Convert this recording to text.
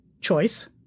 choice